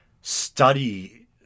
study